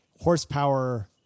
horsepower